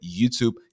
YouTube